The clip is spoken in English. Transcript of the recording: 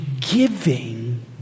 giving